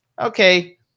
Okay